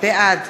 בעד